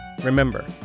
Remember